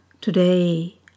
Today